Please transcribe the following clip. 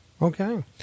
okay